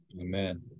Amen